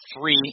three